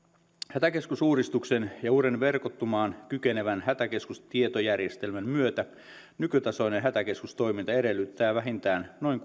hätäkeskusuudistuksen ja uuden verkottumaan kykenevän hätäkeskustietojärjestelmän myötä nykytasoinen hätäkeskustoiminta edellyttää vähintään noin